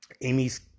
Amy's